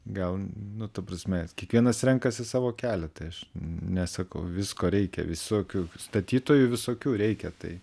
gal nu ta prasme kiekvienas renkasi savo kelią tai aš nesakau visko reikia visokių statytojų visokių reikia tai